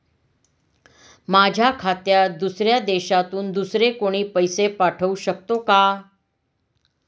माझ्या खात्यात दुसऱ्या देशातून दुसरे कोणी पैसे पाठवू शकतो का?